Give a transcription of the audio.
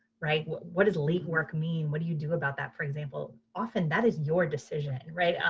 right? what does late work mean? what do you do about that, for example? often that is your decision. right?